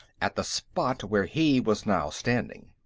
at the spot where he was now standing.